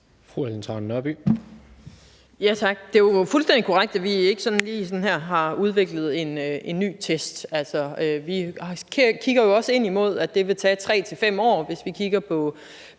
Det er jo fuldstændig korrekt, at vi ikke sådan lige har udviklet en ny test. Vi kan jo også se, at det vil tage 3-5 år, hvis vi kigger på,